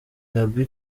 gaby